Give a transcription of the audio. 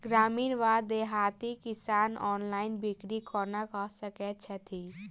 ग्रामीण वा देहाती किसान ऑनलाइन बिक्री कोना कऽ सकै छैथि?